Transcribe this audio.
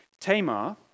Tamar